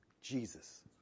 Jesus